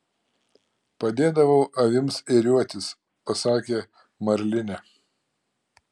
padėdavau avims ėriuotis pasakė marlinė